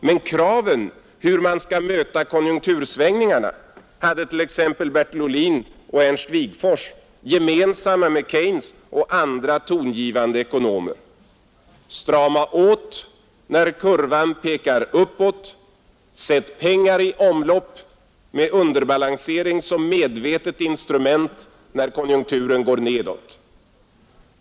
Men kraven på hur man skall möta konjunktursvängningarna hade t.ex. Bertil Ohlin och Ernst Wigforss gemensamma med Keynes och andra tongivande ekonomer: Strama åt när kurvan pekar uppåt, sätt pengar i omlopp med underbalansering som medvetet instrument när konjunkturen går nedåt.